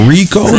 Rico